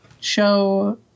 show